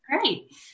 Great